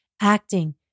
acting